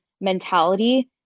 mentality